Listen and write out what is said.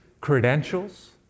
credentials